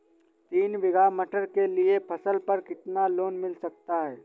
तीन बीघा मटर के लिए फसल पर कितना लोन मिल सकता है?